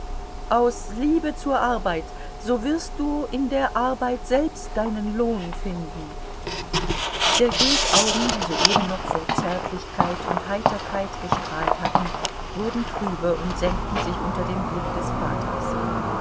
aus liebe zur arbeit so wirst du in der arbeit selbst deinen lohn finden sergeis augen die soeben noch vor zärtlichkeit und heiterkeit gestrahlt hatten wurden trübe und senkten sich unter dem blick des vaters